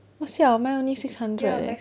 !wah! siao mine only six hundred eh